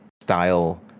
style